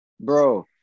bro